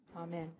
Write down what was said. Amen